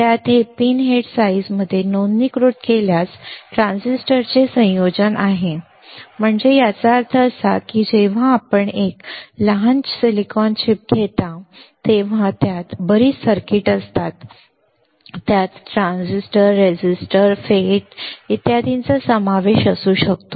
त्यात pin head साइजमध्ये नोंदणीकृत असल्यास ट्रान्झिस्टरचे संयोजन आहे म्हणजे याचा अर्थ असा की जेव्हा आपण एक लहान सिलिकॉन चिप घेता तेव्हा त्यात बरीच सर्किट्स असतात ज्यात ट्रान्झिस्टर रेझिस्टर FETs आणि इत्यादींचा समावेश असू शकतो